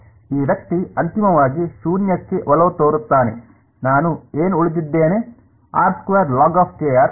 ಈ ವ್ಯಕ್ತಿ ಅಂತಿಮವಾಗಿ ಶೂನ್ಯಕ್ಕೆ ಒಲವು ತೋರುತ್ತಾನೆ ನಾನು ಏನು ಉಳಿದಿದ್ದೇನೆ ಸರಿ